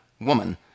woman